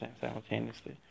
simultaneously